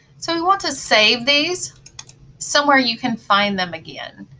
so we want to save these somewhere you can find them again.